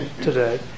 today